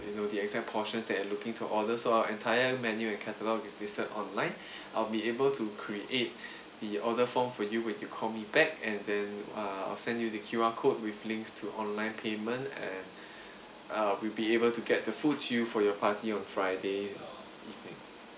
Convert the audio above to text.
you know the exact portions that you're looking to order so our entire menu and catalogue is listed online I'll be able to create the order form for you when you call me back and then uh I'll send you the Q_R code with links to online payment and uh we'll be able to get the food to you for your party on friday evening